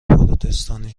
پروتستانی